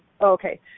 Okay